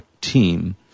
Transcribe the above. team